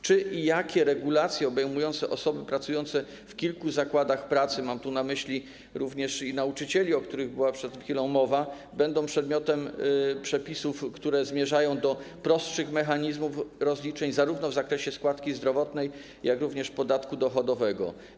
Czy i jakie regulacje obejmujące osoby pracujące w kilku zakładach pracy - mam tu na myśli również nauczycieli, o których była przed chwilą mowa - będą przedmiotem przepisów, które zmierzają do prostszych mechanizmów rozliczeń zarówno w zakresie składki zdrowotnej, jak i podatku dochodowego?